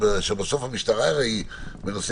אני אשמח